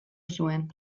zuen